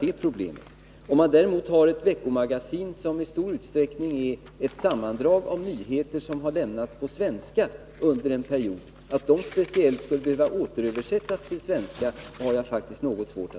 Däremot har jag faktiskt något svårt att förstå att ett veckomagasin som i stor utsträckning är ett sammandrag av nyheter som under en period har lämnats på svenska skall behöva textas på svenska.